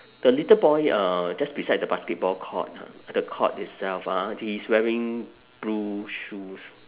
the little boy uh just beside the basketball court ha the court itself ah he is wearing blue shoes